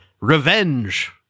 Revenge